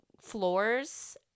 floors